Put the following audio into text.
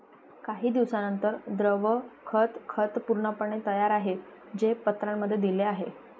काही दिवसांनंतर, द्रव खत खत पूर्णपणे तयार आहे, जे पत्रांमध्ये दिले आहे